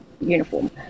uniform